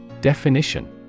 Definition